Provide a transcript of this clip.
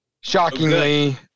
shockingly